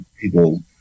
people